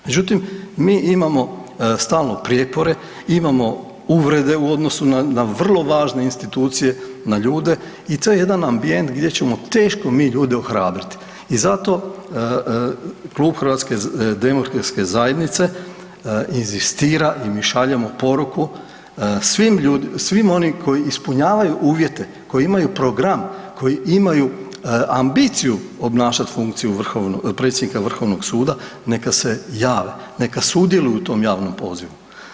Međutim, mi imamo stalno prijepore, imamo uvrede u odnosu na vrlo važne institucije na ljude i to je jedan ambijent gdje ćemo teško mi ljude ohrabriti i zato Klub HDZ-a inzistira i mi šaljemo poruku svim onima koji ispunjavaju uvjete, koji imaju program, koji imaju ambiciju obnašati funkciju predsjednika VSRH, neka se jave, neka sudjeluju u tom javnom pozivu.